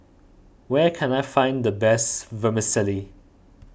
where can I find the best Vermicelli